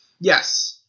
Yes